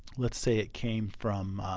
let's say it came from